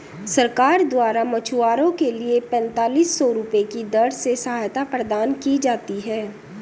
सरकार द्वारा मछुआरों के लिए पेंतालिस सौ रुपये की दर से सहायता प्रदान की जाती है